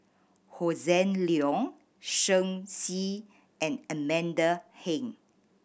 Hossan Leong Shen Xi and Amanda Heng